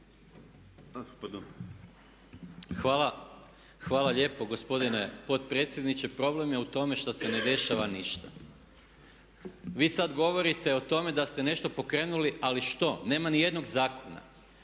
(SDP)** Hvala lijepo gospodine potpredsjedniče. Problem je u tome što se ne dešava ništa. Vi sada govorite o tome da ste nešto pokrenuli, ali što? Nema niti jednog zakona.